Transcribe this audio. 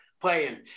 playing